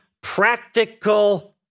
practical